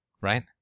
right